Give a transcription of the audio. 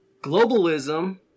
globalism